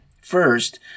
First